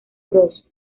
bros